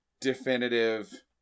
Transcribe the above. definitive